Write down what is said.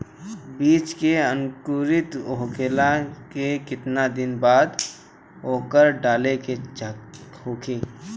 बिज के अंकुरित होखेला के कितना दिन बाद उर्वरक डाले के होखि?